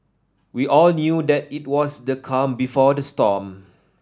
we all knew that it was the calm before the storm